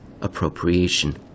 appropriation